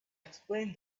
explained